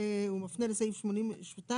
הוא מפנה לסעיף 82,